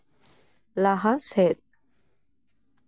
ᱞᱟᱦᱟ ᱥᱮᱫ